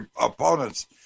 opponents